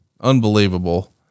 unbelievable